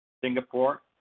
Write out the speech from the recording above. Singapore